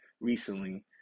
recently